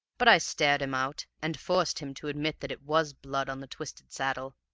but i stared him out, and forced him to admit that it was blood on the twisted saddle,